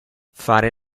fare